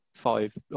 five